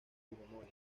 fujimori